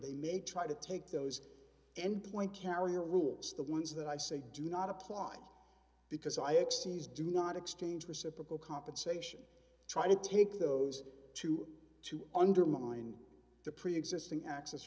they may try to take those end point carrier rules the ones that i say do not apply because i axes do not exchange reciprocal compensation try to take those two to undermine the preexisting access